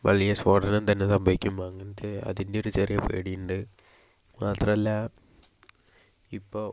വലിയ സ്ഫോടനം തന്നെ സംഭവിക്കും അങ്ങനത്തെ അതിൻ്റെ ഒരു ചെറിയ പേടിയുണ്ട് മാത്രമല്ല ഇപ്പോൾ